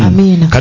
Amen